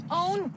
own